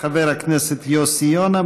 חבר הכנסת יוסי יונה,